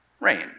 rain